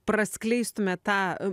praskleistume tą